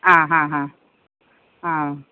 ആ ഹാ ഹാ ആ